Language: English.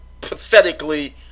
pathetically